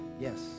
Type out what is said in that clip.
Yes